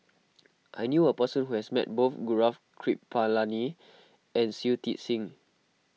I knew a person who has met both Gaurav Kripalani and Shui Tit Sing